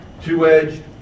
two-edged